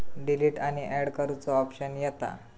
delete आणि अँड करुचो ऑप्शन येता